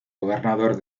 gobernador